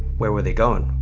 where were they going?